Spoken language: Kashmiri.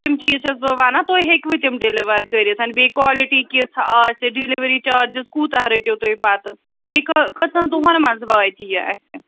تِم چیٖز چھَس بہٕ وَنان تُہۍ ہیٚکوٕ تِم ڈیِلِوَر کٔرِتھ بیٚیہِ کالٹی کِژھ آسہِ ڈِلؤری چارجِز کوٗتاہ رٔٹِو تُہۍ پَتہٕ بیٚیہِ کٔ کٔژَن دۄہن منٛز واتہِ یہِ اَسہِ